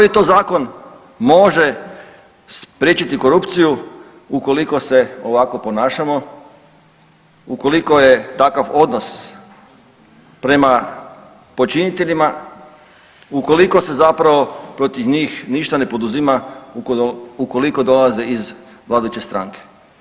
Koji to zakon može spriječiti korupciju ukoliko se ovako ponašamo, ukoliko je takav odnos prema počiniteljima, ukoliko se zapravo protiv njih ništa ne poduzima, ukoliko dolaze iz vladajuće stranke.